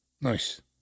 Nice